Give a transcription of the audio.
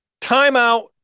timeout